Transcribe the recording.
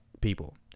people